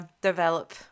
develop